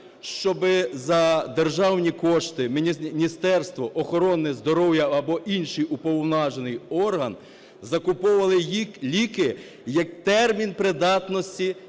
щоб за державні кошти Міністерство охорони здоров'я або інший уповноважений орган закуповували ліки, термін придатності